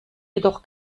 jedoch